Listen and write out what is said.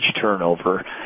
turnover